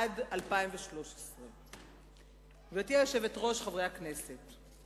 עד 2013. גברתי היושבת-ראש, חברי הכנסת,